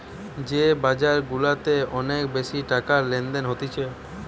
যে বাজার গুলাতে অনেক বেশি টাকার লেনদেন হতিছে